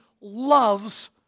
loves